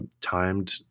timed